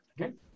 Okay